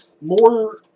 more